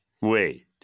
Wait